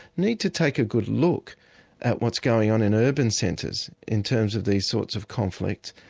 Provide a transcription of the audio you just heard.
need to take a good look at what's going on in urban centres, in terms of these sorts of conflicts,